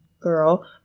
girl